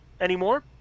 anymore